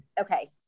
Okay